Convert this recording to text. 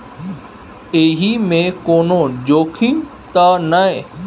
एहि मे कोनो जोखिम त नय?